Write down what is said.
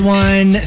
one